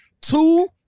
two